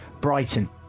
Brighton